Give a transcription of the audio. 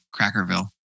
crackerville